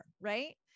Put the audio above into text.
right